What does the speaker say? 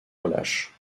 relâche